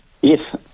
Yes